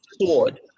sword